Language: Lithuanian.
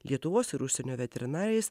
lietuvos ir užsienio veterinarais